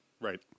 Right